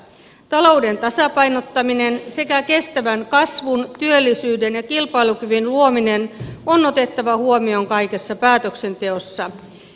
talouden tasapainottaminen sekä kestävän kasvun työllisyyden ja kilpailukyvyn luominen on otettava huomioon kaikessa päätöksenteossa